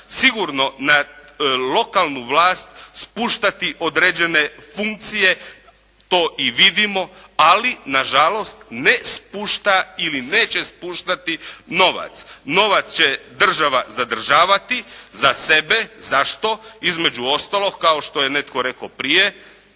sigurno na lokalnu vlast spuštati određene funkcije. To i vidimo, ali na žalost ne spušta ili neće spuštati novac. Novac će država zadržavati za sebe. Zašto? Između ostalog kao što je netko rekao prije